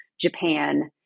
Japan